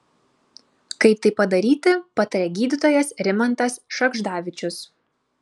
kaip tai padaryti pataria gydytojas rimantas šagždavičius